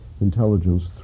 intelligence